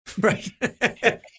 Right